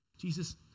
Jesus